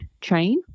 train